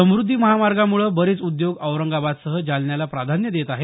समृध्दी महामार्गामुळे बरेच उद्योग औरंगाबादसह जालन्याला प्राधान्य देत आहेत